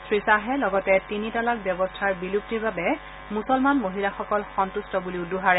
শ্ৰীখাহে লগতে তিনি তালাক ব্যৱস্থাৰ বিলুপ্তিৰ বাবে মুছলমান মহিলাসকল সন্তে্ট বুলিও দোহাৰে